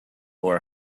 for